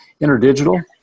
InterDigital